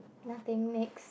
nothing next